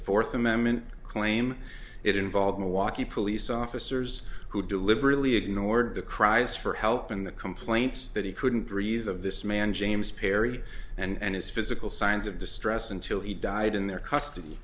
fourth amendment claim it involved milwaukee police officers who deliberately ignored the cries for help in the complaints that he couldn't breathe of this man james perry and his physical signs of distress until he died in their custody